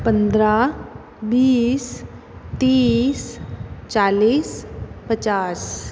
पन्द्रह बीस तीस चालिस पचास